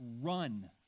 run